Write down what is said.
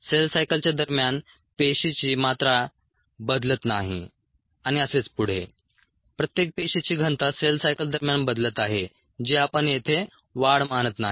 sale सायकलच्या दरम्यान पेशीची मात्रा बदलत नाही आणि असेच पुढे प्रत्येक पेशीची घनता सेल सायकल दरम्यान बदलत आहे जी आपण येथे वाढ मानत नाही